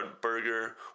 burger